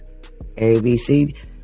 ABC